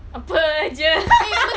apa jer